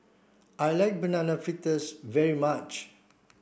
I like banana fritters very much